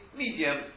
medium